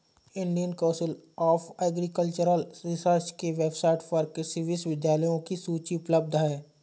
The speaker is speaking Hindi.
Indian council of agricultural research के वेबसाइट पर कृषि विश्वविद्यालयों की सूची उपलब्ध है